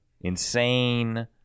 insane